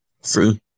see